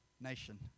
Nation